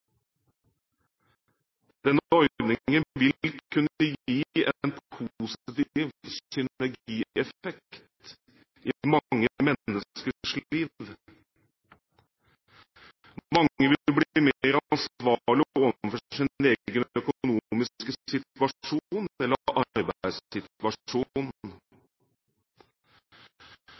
Denne ordningen vil kunne gi en positiv synergieffekt i mange menneskers liv. Mange vil bli mer ansvarlige overfor sin egen økonomiske situasjon